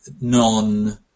non